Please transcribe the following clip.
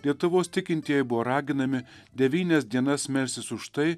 lietuvos tikintieji buvo raginami devynias dienas melstis už tai